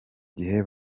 gihe